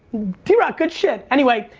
d-rock, good shit. anyway,